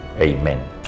Amen